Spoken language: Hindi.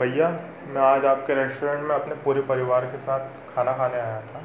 भैया मैं आज आपके रेस्टोरेंट में अपने पूरे परिवार के साथ खाना खाने आया था